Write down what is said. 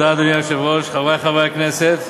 אדוני היושב-ראש, תודה, חברי חברי הכנסת,